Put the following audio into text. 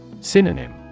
Synonym